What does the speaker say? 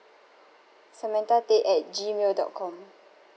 samantha tay at gmail dot com